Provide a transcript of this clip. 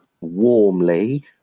warmly